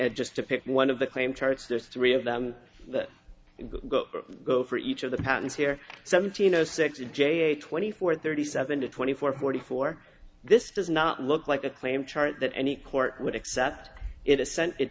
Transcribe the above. s just to pick one of the claim tarts there's three of them go for each of the patents here seventeen o six j a twenty four thirty seven to twenty four forty four this does not look like a claim chart that any court would accept it is sent it